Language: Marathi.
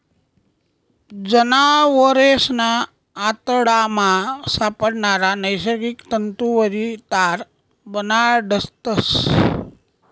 जनावरेसना आतडामा सापडणारा नैसर्गिक तंतुवरी तार बनाडतस